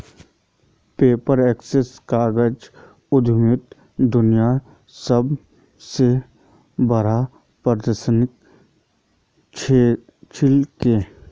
Paperex कागज उद्योगत दुनियार सब स बढ़का प्रदर्शनी छिके